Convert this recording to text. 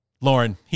Lauren